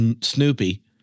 Snoopy